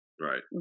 right